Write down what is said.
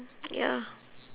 ya